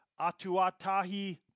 Atuatahi